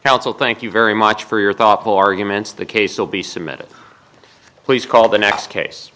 counsel thank you very much for your thoughtful arguments the case will be submitted please call the next case